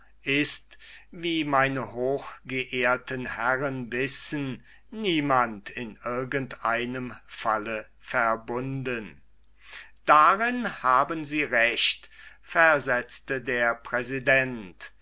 ist wie meine hochgeehrten herren wissen niemand in keinem falle verbunden darin haben sie recht versetzte der präsident